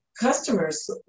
Customers